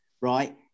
Right